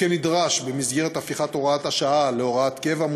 וכנדרש במסגרת הפיכת הוראת השעה להוראת קבע,